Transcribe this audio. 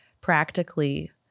practically –